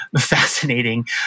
fascinating